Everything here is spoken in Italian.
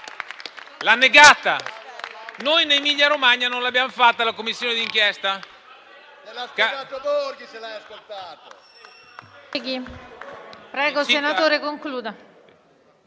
d'inchiesta. Noi in Emilia-Romagna non l'abbiamo fatta la commissione d'inchiesta.